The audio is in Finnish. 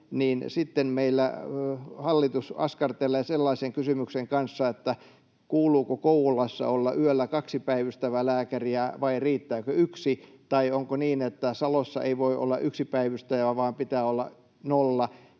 meillä hallitus askartelee sellaisen kysymyksen kanssa, että kuuluuko Kouvolassa olla yöllä kaksi päivystävää lääkäriä vai riittääkö yksi tai onko niin, että Salossa ei voi olla yksi päivystäjä, vaan pitää olla nolla.